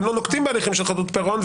והם לא נוקטים בהליכים של חדלות פירעון,